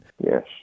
Yes